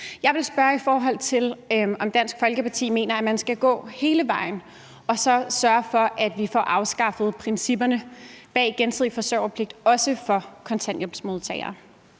Jeg vil spørge, om Dansk Folkeparti mener, at man skal gå hele vejen og sørge for, at vi får afskaffet principperne bag gensidig forsørgerpligt også for kontanthjælpsmodtagere.